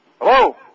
Hello